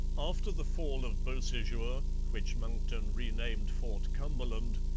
after the fall of beausejour, which monckton renamed fort cumberland,